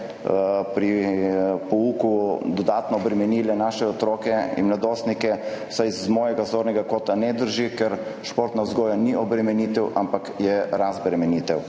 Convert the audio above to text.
pri pouku dodatno obremenile naše otroke in mladostnike, vsaj z mojega zornega kota ne drži, ker športna vzgoja ni obremenitev, ampak je razbremenitev.